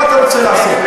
מה אתה רוצה לעשות?